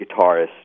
guitarist